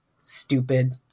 stupid